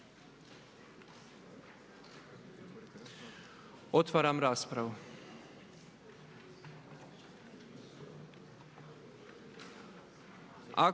Otvaram raspravu.